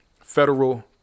federal